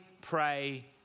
pray